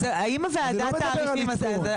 אני לא מדבר על עדכון.